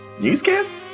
Newscast